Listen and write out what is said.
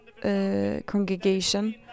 congregation